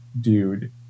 dude